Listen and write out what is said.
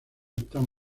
están